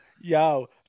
yo